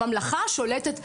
הממלכה שולטת באקדמיה,